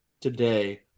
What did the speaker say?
today